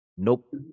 Nope